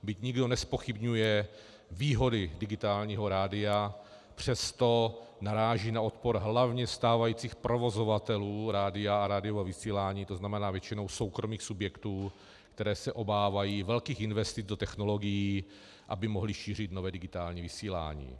Byť nikdo nezpochybňuje výhody digitálního rádia, přesto naráží na odpor hlavně stávajících provozovatelů rádia a rádiového vysílání, to znamená většinou soukromých subjektů, které se obávají velkých investic do technologií, aby mohly šířit nové digitální vysílání.